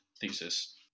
thesis